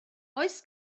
oes